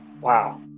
Wow